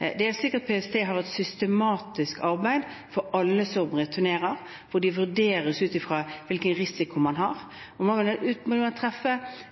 Det er sikkert at PST har et systematisk arbeid for alle som returnerer, hvor de vurderes ut fra hvilken risiko man har. Man vil